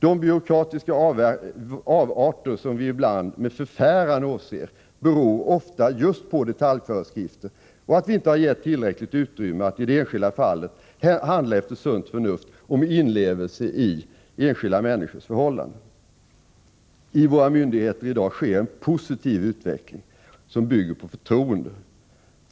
De byråkratiska avarter som vi ibland med förfäran åser, beror ofta just på detaljföreskrifter och att vi inte har gett tillräckligt utrymme för att i det enskilda fallet handla efter sunt förnuft och med inlevelse i enskilda människors förhållanden. I våra myndigheter i dag sker en positiv utveckling som bygger på förtroende.